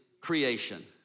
creation